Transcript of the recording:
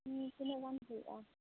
ᱛᱤᱱᱟ ᱜ ᱜᱟᱱ ᱦᱩᱭᱩᱜᱼᱟ